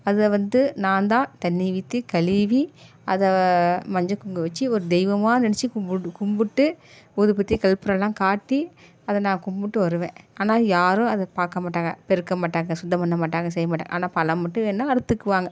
அதை வந்து நான்தான் தண்ணி ஊற்றி கழுவி அதை மஞ்சள் குங்குமம் வச்சு ஒரு தெய்வமாக நினச்சி கும்பிட்டு கும்பிட்டு ஊதுபத்தி கற்பூரம் எல்லாம் காட்டி அதை நான் கும்பிட்டு வருவேன் ஆனாலும் யாரும் அதை பார்க்க மாட்டாங்க பெருக்க மாட்டாங்க சுத்தம் பண்ண மாட்டாங்க செய்ய மாட்டாங்க ஆனால் பழம் மட்டும் வேணும்னால் அறுத்துக்குவாங்க